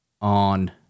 on